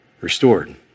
restored